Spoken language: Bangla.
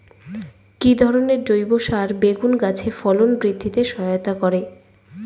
কি ধরনের জৈব সার বেগুন গাছে ফলন বৃদ্ধিতে সহায়তা করে?